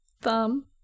thumb